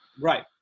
Right